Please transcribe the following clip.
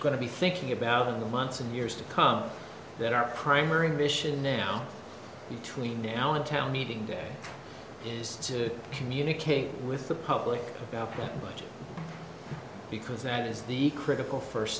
going to be thinking about in the months and years to come that our primary mission now between now in town meeting day is to communicate with the public about budget because that is the critical first